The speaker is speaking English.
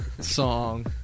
song